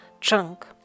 chunk